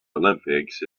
olympics